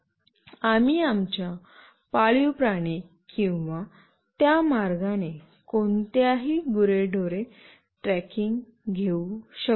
आम्ही आमच्या पाळीव प्राणी किंवा त्या मार्गाने कोणत्याही गुरेढोरे ट्रॅकिंग घेऊ शकतो